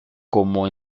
como